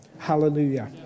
Hallelujah